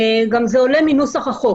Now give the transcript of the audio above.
גם זה עולה מנוסח החוק.